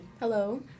Hello